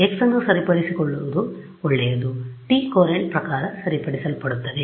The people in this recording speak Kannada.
ಆದ್ದರಿಂದ x ಅನ್ನು ಸರಿಪಡಿಸುವುದು ಒಳ್ಳೆಯದು t ಕೊರಂಟ್ ಪ್ರಕಾರ ಸರಿಪಡಿಸಲ್ಪಡುತ್ತದೆ